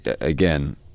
again